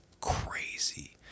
crazy